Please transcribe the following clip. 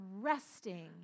resting